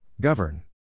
Govern